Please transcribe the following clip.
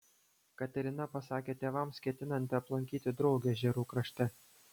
katerina pasakė tėvams ketinanti aplankyti draugę ežerų krašte